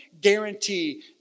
guarantee